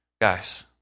Guys